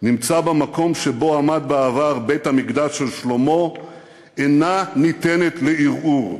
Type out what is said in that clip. נמצא במקום שבו עמד בעבר בית-המקדש של שלמה אינה ניתנת לערעור.